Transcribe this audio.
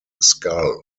skull